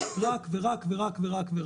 רק ורק ורק.